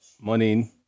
morning